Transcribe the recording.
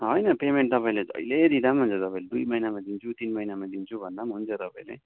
होइन पेमेन्ट तपाईँले जहिले दिँदा पनि हुन्छ तपाईँले दुई महिनामा दिन्छु तिन महिनामा दिन्छ भन्दा पनि हुन्छ तपाईँले